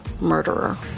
murderer